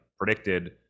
predicted